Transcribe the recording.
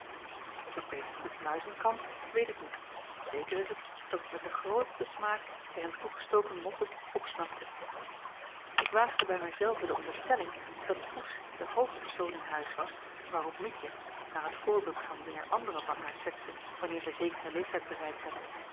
of het beest goed muizen kan weet ik niet zeker is het dat het met den grootsten smaak de hem toegestoken moppen opsnapte ik waagde bij mij zelven de onderstelling dat poes de hoofdpersoon in huis was waarop mietje naar het voorbeeld van meer andere van hare sekse wanneer zij zekeren leeftijd bereikt hebben